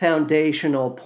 Foundational